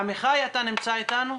עמיחי לוי, אתה נמצא איתנו?